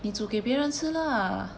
你煮给别人吃啦